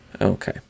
Okay